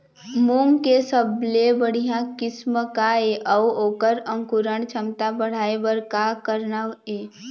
मूंग के सबले बढ़िया किस्म का ये अऊ ओकर अंकुरण क्षमता बढ़ाये बर का करना ये?